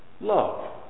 love